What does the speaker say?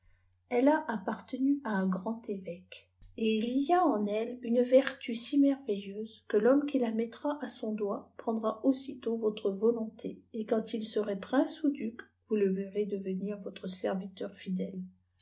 elle a appartenu à un grand évêqy et il y a en jejje m vev i merveilleuse que tbomme qui la mettra h son dolt prépara âijtac yptrc vjojloijté qjfand il sçjpf j prince ou juc vous le yerrez jevepir vqitri servi ei r fidèle